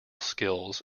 skills